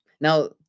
Now